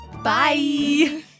Bye